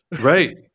Right